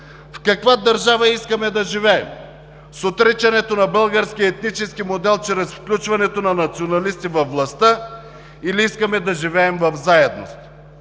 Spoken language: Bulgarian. В каква държава искаме да живеем – с отричането на българския етнически модел, чрез включването на националисти във властта или искаме да живеем в заедност,